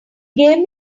gave